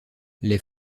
les